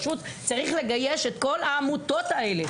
צריך לגייס את כל העמותות האלה.